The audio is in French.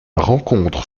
rencontre